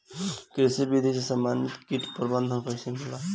कृषि विधि से समन्वित कीट प्रबंधन कइसे होला?